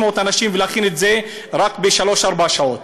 אנשים ולהכין את זה רק בשלוש ארבע שעות.